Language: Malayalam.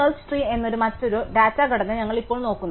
സെർച്ച് ട്രീ എന്ന മറ്റൊരു ഡാറ്റാ ഘടന ഞങ്ങൾ ഇപ്പോൾ നോക്കുന്നു